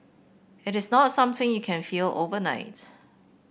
it is not something you can feel overnight